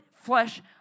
flesh